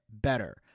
better